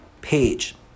page